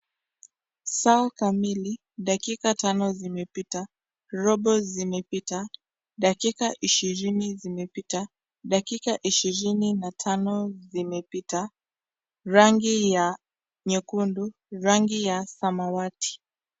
Saa kamili, dakika tano zimepita, robo zimepita dakika ishirini zimepita, dakika ishirini na tano zimepita, rangi ya nyekundu, rangi ya samawati.